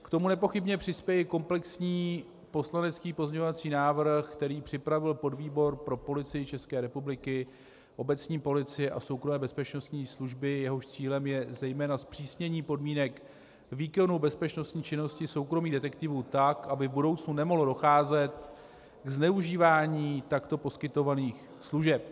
K tomu nepochybně přispěje komplexní poslanecký pozměňovací návrh, který připravil podvýbor pro Policii České republiky, obecní policii a soukromé bezpečnostní služby, jehož cílem je zejména zpřísnění podmínek k výkonu bezpečnostní činnosti soukromých detektivů tak, aby v budoucnu nemohlo docházet k zneužívání takto poskytovaných služeb.